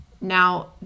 Now